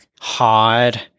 hard